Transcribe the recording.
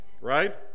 right